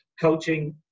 coaching